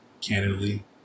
candidly